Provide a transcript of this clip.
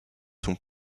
sont